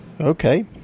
okay